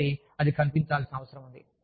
కాబట్టి అది కనిపించాల్సిన అవసరం ఉంది